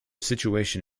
situation